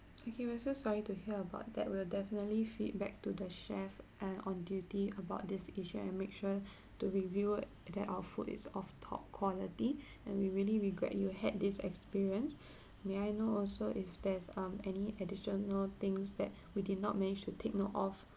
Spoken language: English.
okay we're so sorry to hear about that we'll definitely feedback to the chef eh on duty about this issue and make sure to review it that our food is of top quality and we really regret you had this experience may I know also if there's um any additional things that we did not managed to take note of